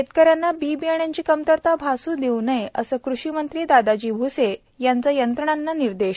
शेतकऱ्यांना बी बियाण्यांची कमतरता भासू देऊ नये असे कृषि मंत्री दादाजी भूसे यांचे यंत्रणांना निर्देश